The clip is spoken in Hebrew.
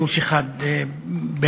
גוש אחד בעד,